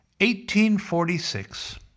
1846